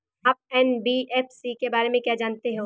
आप एन.बी.एफ.सी के बारे में क्या जानते हैं?